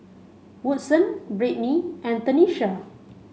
Woodson Brittni and Tenisha